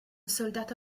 soldato